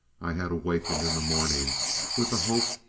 i had awakened in the morning with the hope,